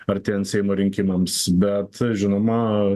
artėjant seimo rinkimams bet žinoma